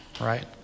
right